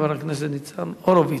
חבר הכנסת ניצן הורוביץ.